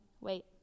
Wait